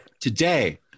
today